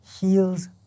heals